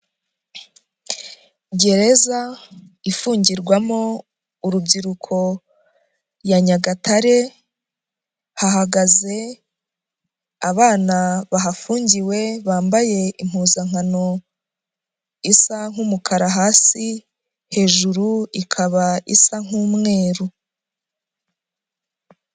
Gereza ifungirwamo urubyiruko ya Nyagatare, hahagaze abana bahafungiwe bambaye impuzankano isa nk'umukara hasi, hejuru ikaba isa nk'umweru.